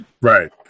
Right